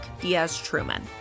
Diaz-Truman